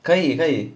可以可以